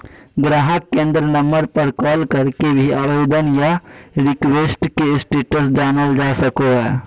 गाहक केंद्र नम्बर पर कॉल करके भी आवेदन या रिक्वेस्ट के स्टेटस जानल जा सको हय